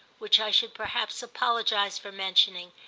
which i should perhaps apologise for mentioning,